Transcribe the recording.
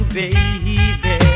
baby